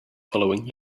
following